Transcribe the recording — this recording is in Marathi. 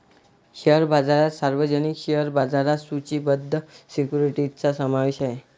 शेअर बाजारात सार्वजनिक शेअर बाजारात सूचीबद्ध सिक्युरिटीजचा समावेश आहे